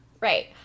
Right